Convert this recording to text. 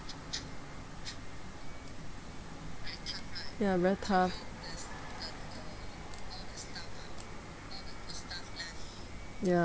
ya very tough ya